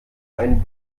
einen